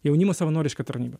jaunimo savanoriška tarnyba